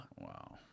Wow